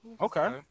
Okay